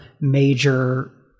major